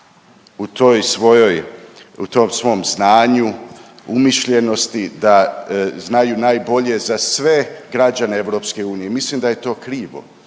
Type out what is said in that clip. u toj svojoj, u tom svom znanju, umišljenosti da znaju najbolje za sve građane EU. I mislim da je to krivo